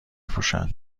پوشن